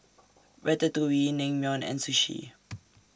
Ratatouille Naengmyeon and Sushi